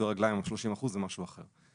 קטועי רגליים או על 30%; זה משהו אחר.